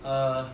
err